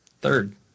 Third